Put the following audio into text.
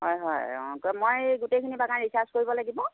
হয় হয় অঁ মই গোটেই খিনি বাগান ৰিচাৰ্ছ কৰিব লাগিব